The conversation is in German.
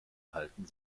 halten